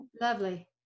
Lovely